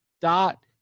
dot